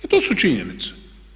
I to su činjenice.